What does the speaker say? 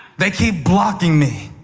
they keep blocking me.